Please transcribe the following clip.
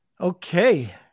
Okay